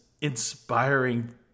inspiring